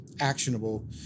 actionable